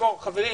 חברים,